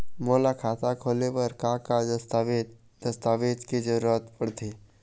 मोला खाता खोले बर का का दस्तावेज दस्तावेज के जरूरत पढ़ते?